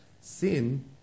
sin